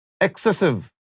excessive